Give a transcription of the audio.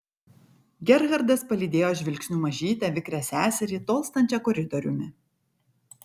gerhardas palydėjo žvilgsniu mažytę vikrią seserį tolstančią koridoriumi